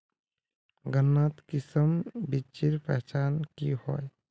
गन्नात किसम बिच्चिर पहचान की होय?